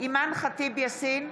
אימאן ח'טיב יאסין,